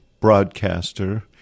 broadcaster